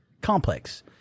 complex